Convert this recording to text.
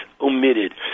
omitted